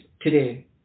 today